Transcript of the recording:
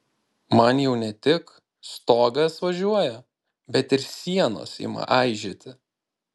man jau ne tik stogas važiuoja bet ir sienos ima aižėti